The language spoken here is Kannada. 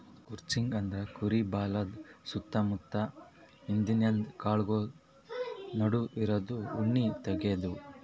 ಕ್ರುಚಿಂಗ್ ಅಂದ್ರ ಕುರಿ ಬಾಲದ್ ಸುತ್ತ ಮುತ್ತ ಹಿಂದಿಂದ ಕಾಲ್ಗೊಳ್ ನಡು ಇರದು ಉಣ್ಣಿ ತೆಗ್ಯದು